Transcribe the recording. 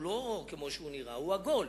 הוא לא כמו שהוא נראה, הוא עגול.